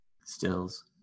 stills